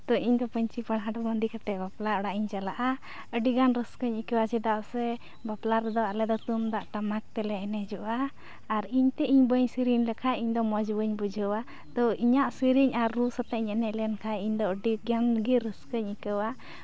ᱛᱚ ᱤᱧᱫᱚ ᱯᱟᱹᱧᱪᱤ ᱯᱟᱲᱦᱟᱴ ᱵᱟᱸᱫᱮ ᱠᱟᱛᱮ ᱵᱟᱯᱞᱟ ᱚᱲᱟᱜ ᱤᱧ ᱪᱟᱞᱟᱜᱼᱟ ᱟᱹᱰᱤᱜᱟᱱ ᱨᱟᱹᱥᱠᱟᱹᱧ ᱟᱭᱠᱟᱹᱣᱟ ᱪᱮᱫᱟᱜ ᱥᱮ ᱵᱟᱯᱞᱟ ᱨᱮᱫᱚ ᱟᱞᱮ ᱫᱚ ᱛᱩᱢᱫᱟᱜ ᱴᱟᱢᱟᱠ ᱛᱮᱞᱮ ᱮᱱᱮᱡᱚᱜᱼᱟ ᱟᱨ ᱤᱧᱛᱮ ᱤᱧ ᱵᱟᱹᱧ ᱥᱮᱨᱮᱧ ᱞᱮᱠᱷᱟᱡ ᱤᱧᱫᱚ ᱢᱚᱡᱽ ᱵᱟᱹᱧ ᱵᱩᱡᱷᱟᱹᱣᱟ ᱛᱚ ᱤᱧᱟᱹᱜ ᱥᱮᱨᱮᱧ ᱟᱨ ᱨᱩ ᱥᱟᱛᱮᱜ ᱤᱧ ᱮᱱᱮᱡ ᱞᱮᱱᱠᱷᱟᱡ ᱤᱧᱫᱚ ᱟᱹᱰᱤᱜᱟᱱ ᱜᱮ ᱨᱟᱹᱥᱠᱟᱹᱧ ᱟᱹᱭᱠᱟᱹᱣᱟ